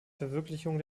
verwirklichung